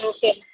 okay